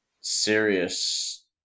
serious